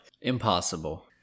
Impossible